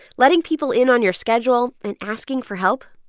letting people in on your schedule and asking for help,